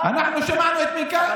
אנחנו שמענו את מנכ"ל,